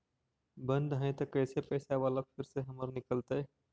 बन्द हैं त कैसे पैसा बाला फिर से हमर निकलतय?